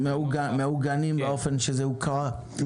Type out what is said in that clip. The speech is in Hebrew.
מעוגנים באופן בו הם הוקראו?